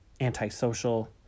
antisocial